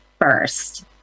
first